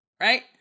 right